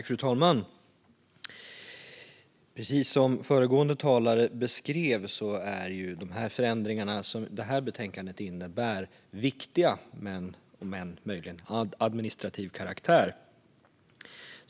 Fru talman! Precis som föregående talare beskrev är de förändringar som detta betänkande innebär viktiga, om än möjligen av administrativ karaktär.